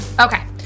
Okay